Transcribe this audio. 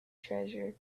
treasure